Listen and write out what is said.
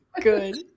good